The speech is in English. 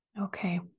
Okay